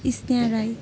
स्नेह राई